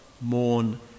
mourn